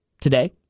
today